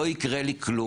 לא יקרה לי כלום.